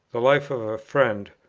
the life of a friend,